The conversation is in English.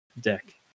deck